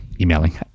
emailing